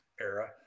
era